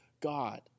God